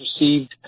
received